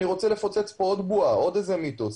אני רוצה לפוצץ פה עוד בועה, עוד מיתוס.